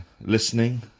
listening